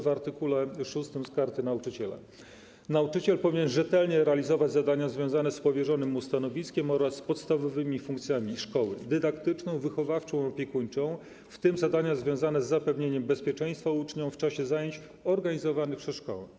Chodzi o art. 6 Karty Nauczyciela: Nauczyciel powinien rzetelnie realizować zadania związane z powierzonym mu stanowiskiem oraz podstawowymi funkcjami szkoły: dydaktyczną, wychowawczą i opiekuńczą, w tym zadania związane z zapewnieniem bezpieczeństwa uczniom w czasie zajęć organizowanych przez szkołę.